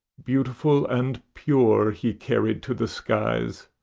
beautiful and pure, he carried to the skies,